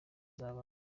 z’abana